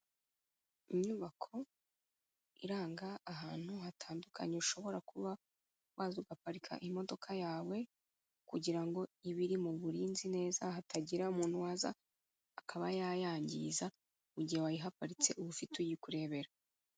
Inyubako iranga ahantu hatandukanye ushobora kuba waza ugaparika imodoka yawe kugira ngo ibe iri mu burinzi neza, hatagira umuntu waza akaba yayangiza mu gihe wayihagaritse uba ufite uyikurebera.